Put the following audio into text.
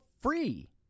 free